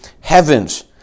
heavens